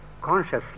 consciously